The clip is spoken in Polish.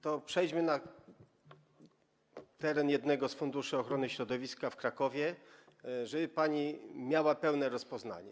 To przejdźmy na teren jednego z funduszy ochrony środowiska, w Krakowie, żeby pani miała pełne rozpoznanie.